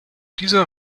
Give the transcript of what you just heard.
dieser